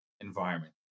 environment